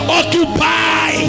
occupy